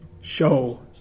show